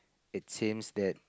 it seems that